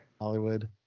hollywood